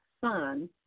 son